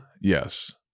Yes